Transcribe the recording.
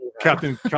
Captain